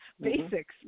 basics